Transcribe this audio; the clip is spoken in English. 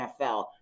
NFL